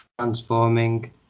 transforming